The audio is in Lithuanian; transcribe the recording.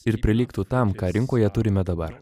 ir prilygtų tam ką rinkoje turime dabar